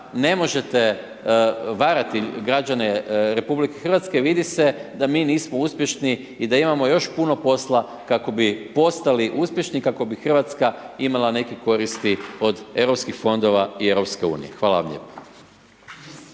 ne možete varati građane Republike Hrvatske, vidi se da mi nismo uspješni i da imamo još puno posla, kako bi postali uspješni, kako bi Hrvatska imala neke koristi od europskih fondova i Europske unije. Hvala vam